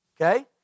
Okay